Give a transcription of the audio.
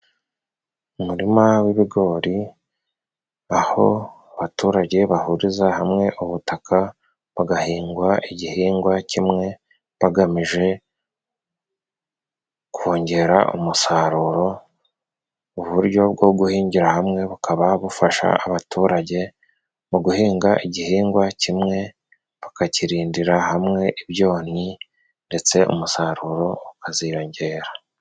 Umurima w'ibigori aho abaturage bahuriza hamwe ubutaka, bagahingwa igihingwa kimwe bagamije kongera umusaruro, uburyo bwo guhingira hamwe bukaba bufasha abaturage mu guhinga igihingwa kimwe, bakakirindira hamwe ibyonnyi, ndetse umusaruro ukaziyongera.